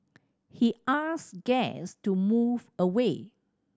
he asked guests to move away